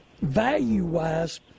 value-wise